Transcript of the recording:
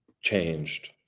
changed